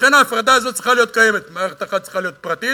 לכן ההפרדה הזאת צריכה להיות קיימת: מערכת אחת צריכה להיות פרטית?